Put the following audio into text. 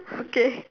okay